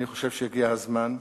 אני חושב שהגיע הזמן.